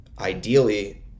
ideally